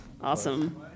Awesome